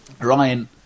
ryan